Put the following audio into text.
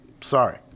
Sorry